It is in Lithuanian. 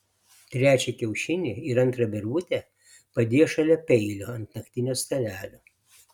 trečią kiaušinį ir antrą virvutę padėjo šalia peilio ant naktinio stalelio